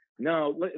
No